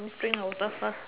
drink the water first